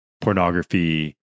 pornography